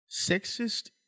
sexist